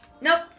Nope